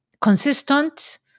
consistent